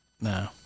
No